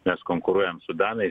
mes konkuruojam su danai